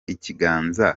ikiganza